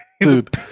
Dude